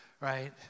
right